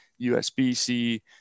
USB-C